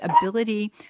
ability